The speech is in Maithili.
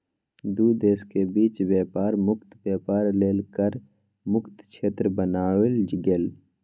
दू देशक बीच बेपार मुक्त बेपार लेल कर मुक्त क्षेत्र बनाओल गेल